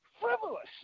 frivolous